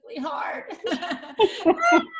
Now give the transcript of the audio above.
hard